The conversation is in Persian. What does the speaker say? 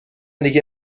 دیگه